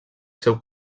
seu